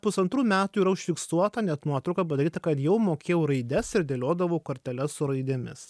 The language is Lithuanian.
pusantrų metų yra užfiksuota net nuotrauka padaryta kad jau mokėjau raides ir dėliodavau korteles su raidėmis